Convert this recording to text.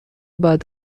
بعد